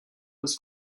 was